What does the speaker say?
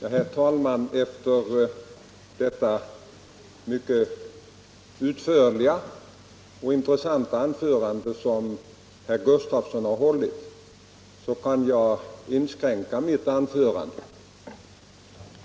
Herr talman! Efter det mycket utförliga och intressanta anförande som herr Gustafsson i Uddevalla har hållit kan jag inskränka mitt anförande.